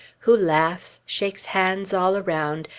who laughs, shakes hands all around,